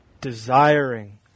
desiring